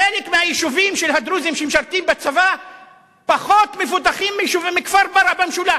חלק מהיישובים של הדרוזים שמשרתים בצבא פחות מפותחים מכפר במשולש.